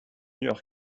alors